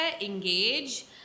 engage